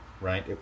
right